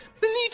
believe